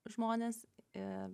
žmones ir